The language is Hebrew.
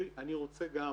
אני רוצה גם